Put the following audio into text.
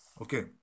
Okay